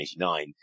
1989